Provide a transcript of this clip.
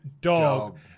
Dog